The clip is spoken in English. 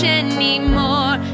anymore